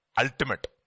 ultimate